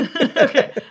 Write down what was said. okay